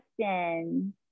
question